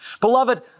Beloved